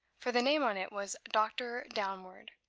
for the name on it was, doctor downward.